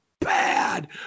bad